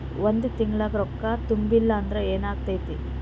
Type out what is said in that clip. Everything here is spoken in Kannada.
ಒಂದ ತಿಂಗಳ ರೊಕ್ಕ ತುಂಬಿಲ್ಲ ಅಂದ್ರ ಎನಾಗತೈತ್ರಿ?